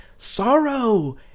Sorrow